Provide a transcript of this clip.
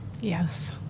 Yes